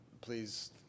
Please